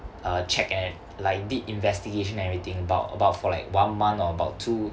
a check eh like did investigation everything about about for like one month or about two